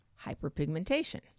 hyperpigmentation